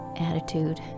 attitude